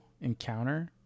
encounter